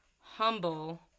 Humble